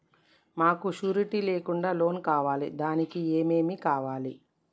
మాకు షూరిటీ లేకుండా లోన్ కావాలి దానికి ఏమేమి కావాలి?